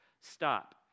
Stop